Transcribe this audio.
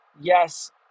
Yes